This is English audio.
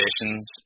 conditions